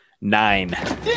Nine